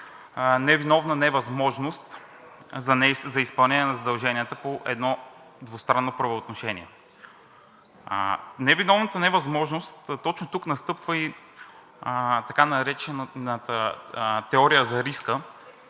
невиновна невъзможност за изпълнение на задълженията по едно двустранно правоотношение. Невиновната невъзможност точно тук настъпва и така наречената теория за риска,